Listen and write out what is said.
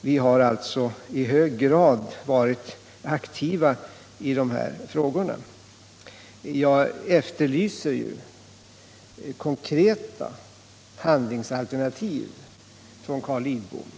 Vi har alltså i hög = kontroll över grad varit aktiva i de här frågorna. internationella Jag efterlyser konkreta handlingsalternativ från Carl Lidbom.